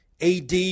AD